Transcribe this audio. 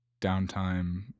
downtime